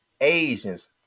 Asians